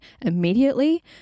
immediately